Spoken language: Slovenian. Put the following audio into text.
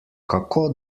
kako